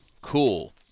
cool